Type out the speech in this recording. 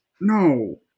no